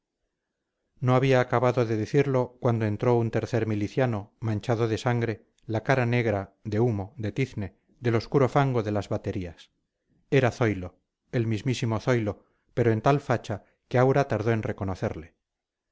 no había acabado de decirlo cuando entró un tercer miliciano manchado de sangre la cara negra de humo de tizne del obscuro fango de las baterías era zoilo el mismísimo zoilo pero en tal facha que aura tardó en reconocerle